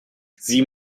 sie